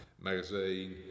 magazine